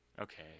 Okay